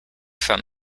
from